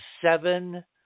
seven